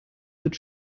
wird